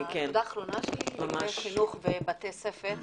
הנקודה האחרונה שלי היא חינוך בבתי הספר.